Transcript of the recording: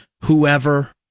whoever